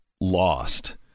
lost